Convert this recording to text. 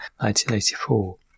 1984